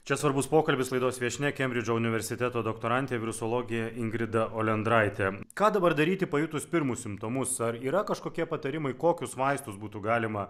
čia svarbus pokalbis laidos viešnia kembridžo universiteto doktorantė virusologė ingrida olendraitė ką dabar daryti pajutus pirmus simptomus ar yra kažkokie patarimai kokius vaistus būtų galima